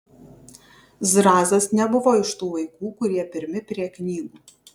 zrazas nebuvo iš tų vaikų kurie pirmi prie knygų